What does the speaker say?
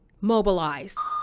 mobilize